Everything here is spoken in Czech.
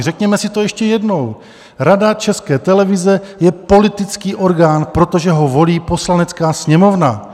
Řekněme si to ještě jednou: Rada České televize je politický orgán, protože ho volí Poslanecká sněmovna.